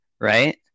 right